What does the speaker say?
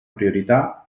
priorità